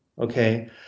Okay